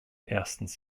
erstens